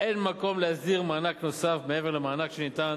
אין מקום להסדיר מענק נוסף מעבר למענק שניתן